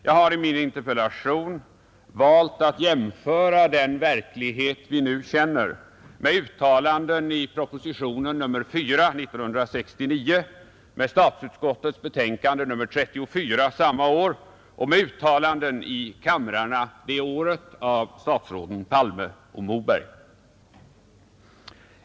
Jag har i min interpellation valt att jämföra den verklighet vi nu känner med uttalanden i propositionen nr 4 år 1969, med statsutskottets utlåtande nr 34 samma år och med uttalanden i kamrarna det året av statsråden Palme och Moberg.